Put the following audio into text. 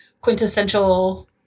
quintessential